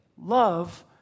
love